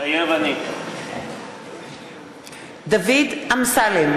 מתחייב אני דוד אמסלם,